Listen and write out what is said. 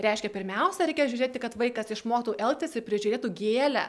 reiškia pirmiausia reikia žiūrėti kad vaikas išmoktų elgtis ir prižiūrėtų gėlę